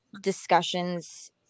discussions